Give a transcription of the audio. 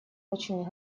очень